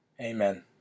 Amen